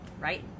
Right